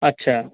আচ্ছা